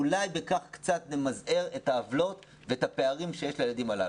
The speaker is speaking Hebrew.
אולי בכך קצת נמזער את העוולות ואת הפערים שיש לילדים הללו.